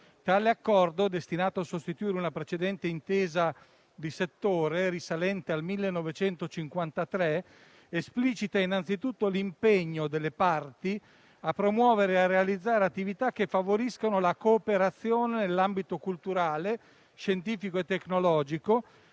Tale Accordo, destinato a sostituire una precedente intesa di settore, risalente al 1953, esplicita innanzitutto l'impegno delle parti a promuovere e realizzare attività che favoriscano la cooperazione nell'ambito culturale, scientifico e tecnologico,